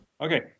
Okay